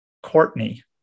Courtney